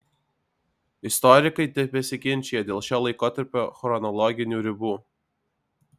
istorikai tebesiginčija dėl šio laikotarpio chronologinių ribų